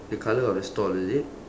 the colour of the stall is it